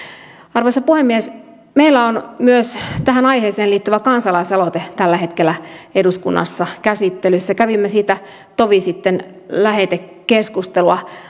arvoisa puhemies meillä on myös tähän aiheeseen liittyvä kansalaisaloite tällä hetkellä eduskunnassa käsittelyssä kävimme siitä tovi sitten lähetekeskustelua